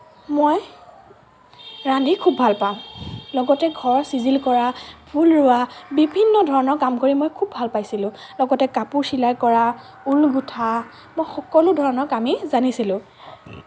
মই ৰান্ধি খুব ভাল পাওঁ লগতে ঘৰ ছিজিল কৰা ফুল ৰোৱা বিভিন্ন ধৰণৰ কাম কৰি মই খুব ভাল পাইছিলোঁ লগতে কাপোৰ চিলাই কৰা ঊল গোঁঠা মই সকলো ধৰণৰ কামেই জানিছিলোঁ